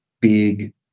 big